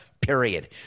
Period